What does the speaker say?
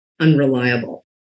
unreliable